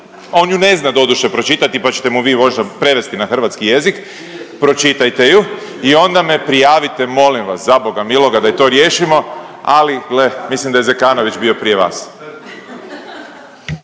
on ju ne zna doduše pročitati pa ćete mu vi možda prevesti na hrvatski jezik, pročitajte ju i onda me prijavite molim vas zaboga miloga da i to riješimo. Ali gle mislim da je Zekanović bio prije vas.